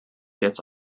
jetzt